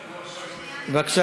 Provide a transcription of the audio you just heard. כמובן.